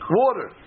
water